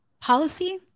policy